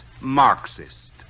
Marxist